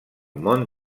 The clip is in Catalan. món